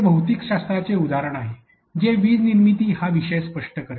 हे भौतिकशास्त्राचे उदाहरण आहे जे वीज निर्मिती हा विषय स्पष्ट करते